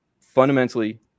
Fundamentally